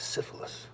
Syphilis